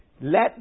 Let